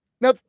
Now